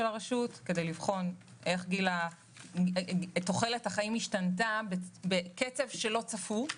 הרשות כדי לבחון איך תוחלת החיים השתנתה בקצב שלא צפו.